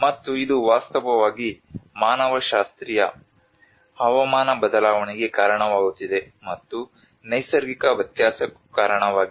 ಮತ್ತು ಇದು ವಾಸ್ತವವಾಗಿ ಮಾನವಶಾಸ್ತ್ರೀಯ ಹವಾಮಾನ ಬದಲಾವಣೆಗೆ ಕಾರಣವಾಗುತ್ತಿದೆ ಮತ್ತು ನೈಸರ್ಗಿಕ ವ್ಯತ್ಯಾಸಕ್ಕೂ ಕಾರಣವಾಗಿದೆ